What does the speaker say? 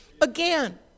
again